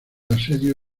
asedio